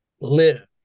live